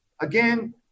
Again